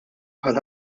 bħal